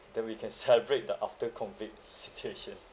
then we can celebrate the after COVID situation